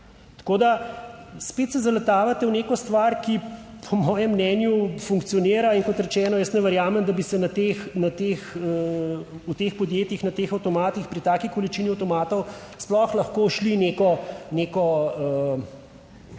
Tako da, spet se zaletavate v neko stvar, ki po mojem mnenju funkcionira. In kot rečeno, jaz ne verjamem, da bi se na teh, na teh v teh podjetjih na teh avtomatih, pri taki količini avtomatov sploh lahko šli neko, neko,